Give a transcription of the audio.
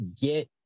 get